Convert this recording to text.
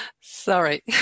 Sorry